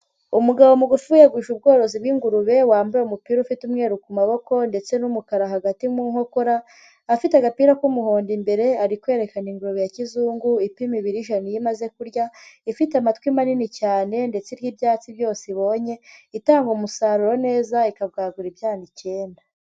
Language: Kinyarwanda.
Umugabo mugufi wiyeguje ubworozi bw'ingurube wambaye umupira ufite umweru ku maboko ndetse n'umukara hagati mu nkokora, afite agapira k'umuhondo imbere ari kwerekana ingurube ya kizungu ipima ibiri ijana iyo imaze kurya ifite amatwi manini cyane ndetse n'ibyatsi byose ibonye itanga umusaruro neza ikabwagura ibyana icyenda.